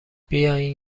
بیاین